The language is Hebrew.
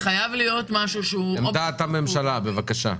עמדת הממשלה, בבקשה.